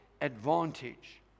advantage